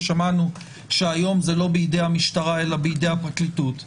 כי שמענו שהיום זה לא בידי המשטרה אלא בידי הפרקליטות;